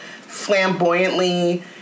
flamboyantly